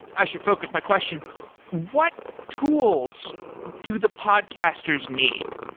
i should focus my question what tools do the podcasters need?